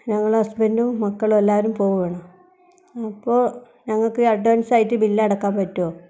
ഞങ്ങള് ഹസ്ബൻറ്റും മക്കളും എല്ലാവരും പോകുകയാണ് അപ്പോൾ ഞങ്ങൾക്ക് അഡ്വാൻസായിട്ട് ബിൽ അടയ്ക്കാൻ പറ്റുമോ